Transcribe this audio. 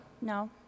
No